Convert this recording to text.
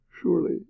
surely